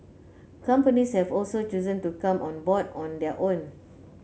companies have also chosen to come on board on their own